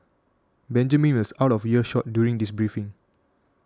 Benjamin was out of earshot during this briefing